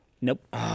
Nope